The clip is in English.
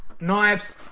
knives